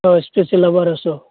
ओह स्पिसियेला बार'स'